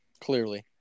Clearly